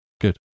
Good